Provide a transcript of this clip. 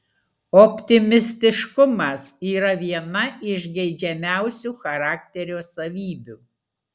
optimistiškumas yra viena iš geidžiamiausių charakterio savybių